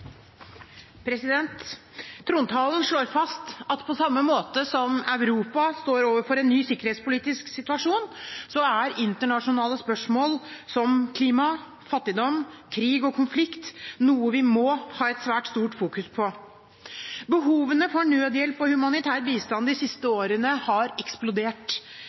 Trontalen slår fast at på samme måte som Europa står overfor en ny sikkerhetspolitisk situasjon, er internasjonale spørsmål som klima, fattigdom, krig og konflikt noe vi må rette svært stor oppmerksomhet mot. Behovene for nødhjelp og humanitær bistand har eksplodert de siste årene.